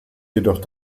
jedoch